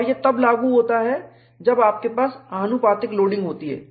और यह तब लागू होता है जब आपके पास आनुपातिक लोडिंग होती है